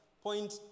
point